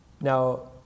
Now